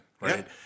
right